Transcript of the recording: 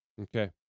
Okay